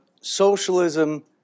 Socialism